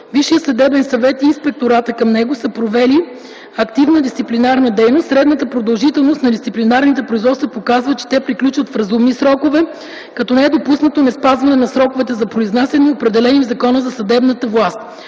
Висшият съдебен съвет и Инспекторатът към него са провели активна дисциплинарна дейност. Средната продължителност на дисциплинарните производства показва, че те приключват в разумни срокове, като не е допускано неспазване на сроковете за произнасяне, определени в Закона за съдебната власт.